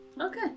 Okay